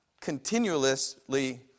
continuously